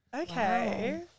Okay